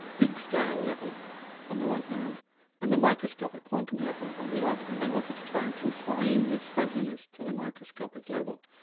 big-scale level on the one hand and the microscopic microscopic quantum level on the other. and they wanted to try and confine this fuzziness to the microscopic level.